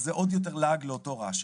אז זה עוד יותר לעג לאותו רש.